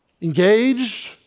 engaged